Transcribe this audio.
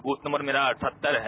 booth number मेरा अठहत्तर है